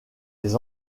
les